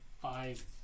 Five